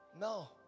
No